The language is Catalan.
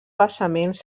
vessaments